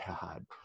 god